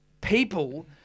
people